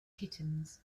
kittens